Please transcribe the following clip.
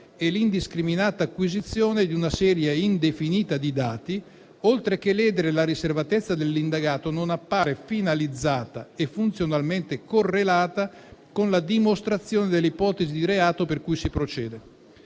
e l'indiscriminata acquisizione di una serie indefinita di dati, oltre che ledere la riservatezza dell'indagato, non appare finalizzata e funzionalmente correlata con la dimostrazione delle ipotesi di reato per cui si procede,